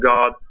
God